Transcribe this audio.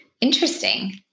interesting